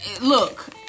Look